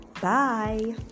Bye